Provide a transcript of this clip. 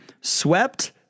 swept